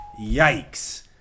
Yikes